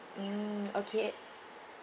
mm okay